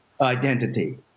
identity